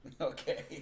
Okay